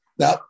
Now